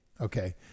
Okay